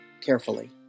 carefully